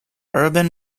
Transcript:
urban